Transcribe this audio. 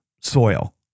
soil